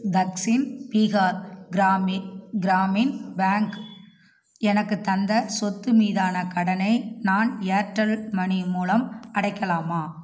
தக்ஷின் பீகார் கிராமி கிராமின் பேங்க் எனக்கு தந்த சொத்து மீதான கடனை நான் ஏர்டெல் மணி மூலம் அடைக்கலாமா